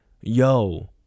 yo